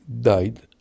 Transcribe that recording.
died